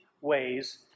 ways